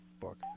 book